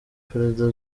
prezida